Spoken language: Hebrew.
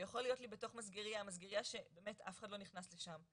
יכול להיות לי בתוך מסגרייה מסגרייה שבאמת אף אחד נכנס לשם,